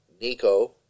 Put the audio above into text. Nico